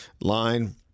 line